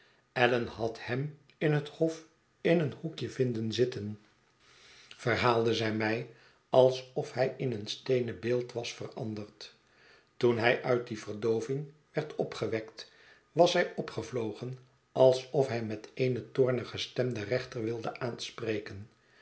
allan had hem in het hof in een hoekje vinden zitten verhaalde zij mij alsof hij in een steenen beeld was veranderd toen hij uit die verdooving werd opgewekt was hij opgevlogen alsof hij met eene toornige stem den rechter wilde aanspreken